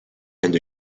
and